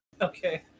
Okay